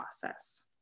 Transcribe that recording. process